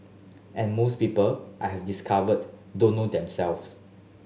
and most people I have discovered don't know them self